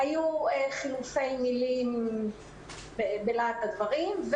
היו חילופי מילים בלהט הדברים.